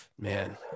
man